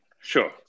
sure